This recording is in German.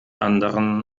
anderen